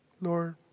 Lord